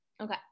okay